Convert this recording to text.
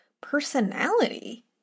personality